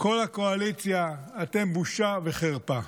כל הקואליציה, אתם בושה וחרפה,